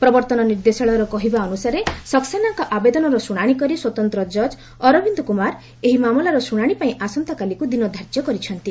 ପ୍ରବର୍ତ୍ତନ ନିର୍ଦ୍ଦେଶାଳୟର କହିବା ଅନୁସାରେ ସକ୍ସେନାଙ୍କ ଆବେଦନର ଶୁଣାଣି କରି ସ୍ୱତନ୍ତ୍ର କଜ୍ ଅରବିନ୍ଦ କୁମାର ଏହି ମାମଲାର ଶୁଣାଣିପାଇଁ ଆସନ୍ତାକାଲିକୁ ଦିନ ଧାର୍ଯ୍ୟ କରିଛନ୍ତି